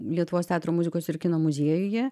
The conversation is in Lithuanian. lietuvos teatro muzikos ir kino muziejuje